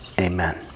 Amen